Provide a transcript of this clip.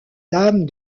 lame